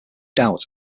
doubt